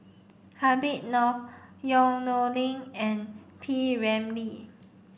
Habib Noh Yong Nyuk Lin and P Ramlee